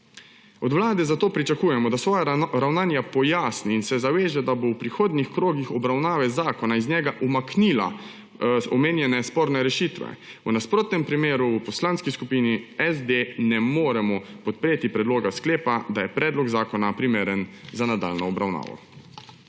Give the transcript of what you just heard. Od Vlade zato pričakujemo, da svoja ravnanja pojasni in se zaveže, da bo v prihodnjih krogih obravnave zakona iz njega umaknile omenjene sporne rešitve. V nasprotnem primeru v Poslanski skupini SD ne moremo podpreti predloga sklepa, da je predlog zakona primeren za nadaljnjo obravnavo.